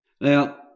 Now